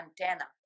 antenna